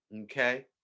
okay